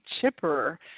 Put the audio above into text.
chipper